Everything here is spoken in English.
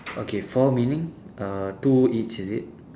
okay four meaning uh two each is it